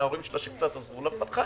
זה מה שאמרתי בוועדה וזה מה שאני הולך לעשות.